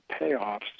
payoffs